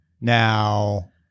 Now